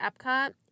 Epcot